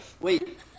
wait